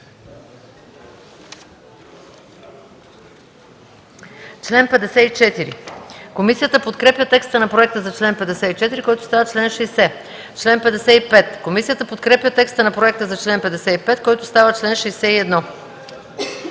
чл. 103. Комисията подкрепя текста на проекта за чл. 96, който става чл. 104. Комисията подкрепя текста на проекта за чл. 97, който става чл.